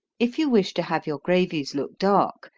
if you wish to have your gravies look dark,